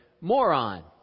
moron